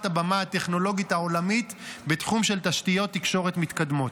הבמה הטכנולוגית העולמית בתחום של תשתיות תקשורת מתקדמות.